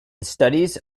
studies